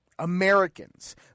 Americans